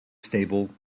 stable